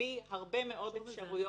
מביא הרבה מאוד אפשרויות,